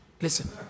listen